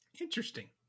interesting